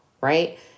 right